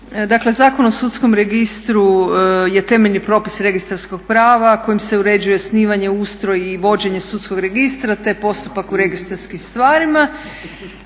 Zakon o sudskom registru je temeljni propis registarskog prava kojim se uređuje osnivanje, ustroj i vođenje sudskog registra te postupak u registarskim stvarima.